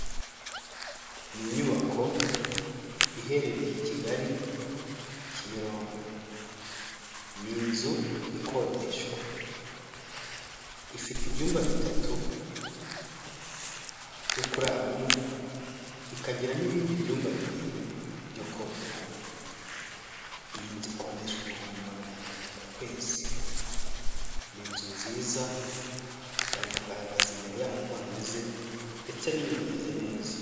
Ni inyubako iherereye i Kigali Kimironko, ni inzu ikodeshwa, ifite ibyumba bitatu byo kuraramo ikagira n'ibindi byumba bibiri byo kogeramo. Iyi ikodeshwa ibihumbi magana tatu ku kwezi, ni inzu nziza bari kugaragaza imbere yaho uko hameze ndetse n'inyuma imeze neza.